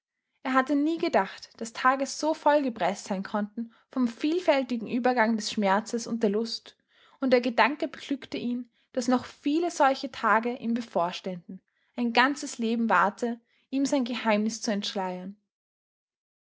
er hatte nie gedacht daß tage so voll gepreßt sein konnten vom vielfältigen übergang des schmerzes und der lust und der gedanke beglückte ihn daß noch viele solche tage ihm bevorständen ein ganzes leben warte ihm sein geheimnis zu entschleiern